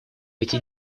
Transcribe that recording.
эти